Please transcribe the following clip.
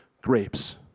grapes